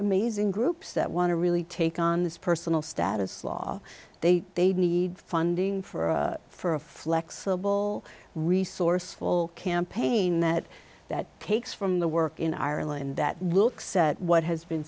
amazing groups that want to really take on this personal status law they they need funding for for a flexible resourceful campaign that that takes from the work in ireland that looks what has been